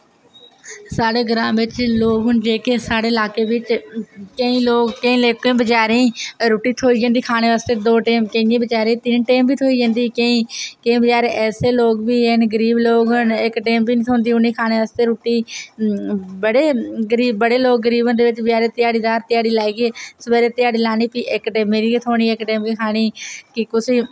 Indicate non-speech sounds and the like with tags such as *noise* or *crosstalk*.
साढ़े ग्रां बिच लोक न जेह्के साढ़े इलाके बिच केईं लोक केईं *unintelligible* बचैरें ई रुट्टी थ्होई जंदी खाने वास्तै दो टैम केइयें बचैरें तिन्न टैम बी थ्होई जंदी केईं केईं बचैरे ऐसे लोक बी हैन गरीब लोक न इक टैम बी निं थ्होंदी उ'नें खाने आस्तै रुट्टी बड़े गरीब बड़े लोक गरीब न उं'दे बिच बचैरे ध्याड़ी दार ध्याड़ी लाइयै सवेरे ध्याड़ी लानी फ्ही इक टैमे दी गै थ्होनी इक टैम दी खानी कि कुसै